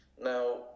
Now